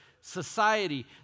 society